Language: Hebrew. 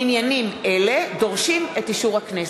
עניינים אלה דורשים את אישור הכנסת.